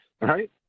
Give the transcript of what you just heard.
right